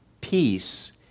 Peace